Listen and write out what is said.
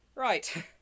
right